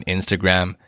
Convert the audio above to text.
Instagram